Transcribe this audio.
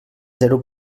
zero